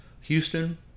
Houston